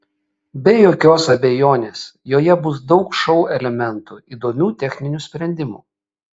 be jokios abejonės joje bus daug šou elementų įdomių techninių sprendimų